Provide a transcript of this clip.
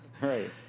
right